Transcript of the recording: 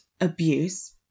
abuse